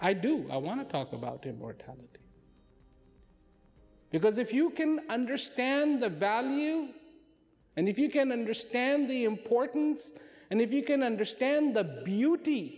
i do i want to talk about immortal because if you can understand the value and if you can understand the importance and if you can understand the beauty